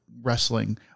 wrestling